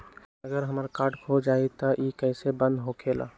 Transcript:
अगर हमर कार्ड खो जाई त इ कईसे बंद होकेला?